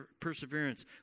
perseverance